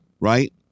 Right